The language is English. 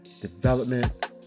development